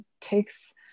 takes